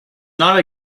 not